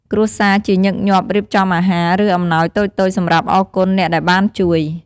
គ្រួសារជាញឹកញាប់រៀបចំអាហារ ឬអំណោយតូចៗសម្រាប់អរគុណអ្នកដែលបានជួយ។